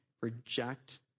reject